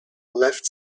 left